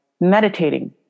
meditating